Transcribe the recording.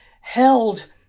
held